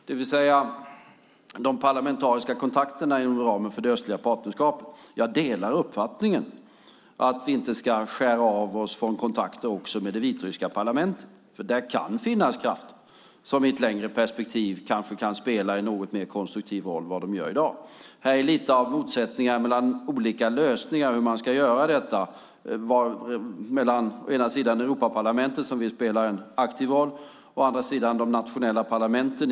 Det gäller de parlamentariska kontakterna inom ramen för det östliga partnerskapet. Jag delar uppfattningen att vi inte ska skärma av oss från kontakter också med det vitryska parlamentet, för där kan finnas krafter som kanske i ett längre perspektiv kan spela en något mer konstruktiv roll än vad de gör i dag. Här är lite av motsättningar mellan olika lösningar i fråga om hur man ska göra detta. Å ena sidan är det Europaparlamentet som vill spela en aktiv roll. Å andra sidan är det de 27 nationella parlamenten.